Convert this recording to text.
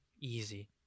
Easy